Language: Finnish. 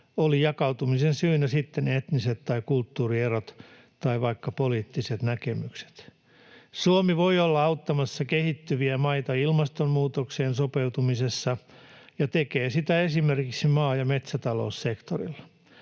olivat jakautumisen syynä sitten etniset tai kulttuurierot tai vaikka poliittiset näkemykset. Suomi voi olla auttamassa kehittyviä maita ilmastonmuutokseen sopeutumisessa ja tekee sitä esimerkiksi maa‑ ja metsätaloussektorilla.